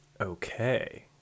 Okay